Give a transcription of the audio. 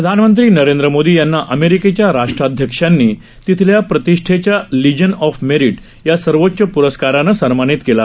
प्रधानमंत्रीनरेंद्रमोदीयांनाअमेरिकेच्याराष्ट्राध्यक्षांनी तिथल्याप्रतिष्ठेच्यालीजनऑफमेरिटयासर्वोच्चप्रस्कारानंसन्मानितकेलं